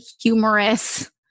humorous